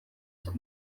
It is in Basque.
zen